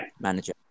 manager